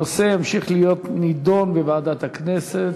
הנושא ימשיך להיות נדון בוועדת הכנסת.